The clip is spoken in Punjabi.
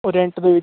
ਰੈਂਟ ਦੇ ਵਿੱਚ